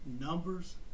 numbers